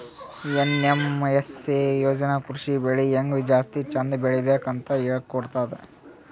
NMSA ಯೋಜನಾ ಕೃಷಿ ಬೆಳಿ ಹೆಂಗ್ ಜಾಸ್ತಿ ಚಂದ್ ಬೆಳಿಬೇಕ್ ಅಂತ್ ಹೇಳ್ಕೊಡ್ತದ್